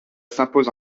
s’impose